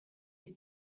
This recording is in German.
die